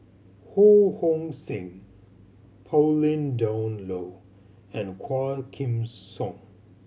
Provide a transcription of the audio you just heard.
Ho Hong Sing Pauline Dawn Loh and Quah Kim Song